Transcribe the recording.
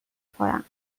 خورم